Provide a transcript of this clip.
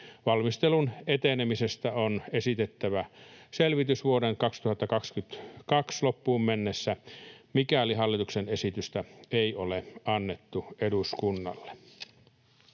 Valmistelun etenemisestä on esitettävä selvitys vuoden 2022 loppuun mennessä, mikäli hallituksen esitystä ei ole annettu eduskunnalle.”